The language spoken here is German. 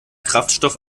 kraftstoff